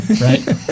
right